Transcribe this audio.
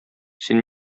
син